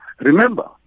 Remember